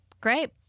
Great